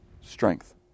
strength